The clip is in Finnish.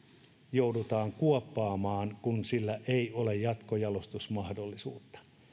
joudutaan kuoppaamaan kun sillä ei ole jatkojalostusmahdollisuutta